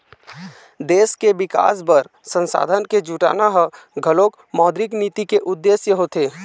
देश के बिकास बर संसाधन के जुटाना ह घलोक मौद्रिक नीति के उद्देश्य होथे